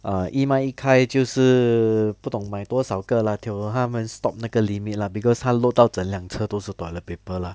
ah yi mai kai 就是不懂买多少个 lah till 他们 stop 那个 limit lah because 他 load 到整辆车都是 toilet paper lah